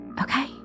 Okay